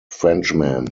frenchman